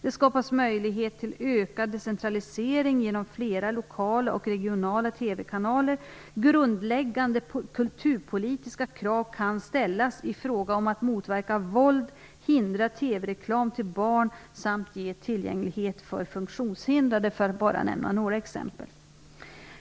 Det skapas möjlighet till ökad decentralisering genom flera lokala och regionala TV kanaler. Grundläggande kulturpolitiska krav kan ställas i fråga om att motverka våld, hindra TV-reklam till barn samt ge tillgänglighet för funktionshindrade, för att bara nämna några exempel.